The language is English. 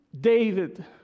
David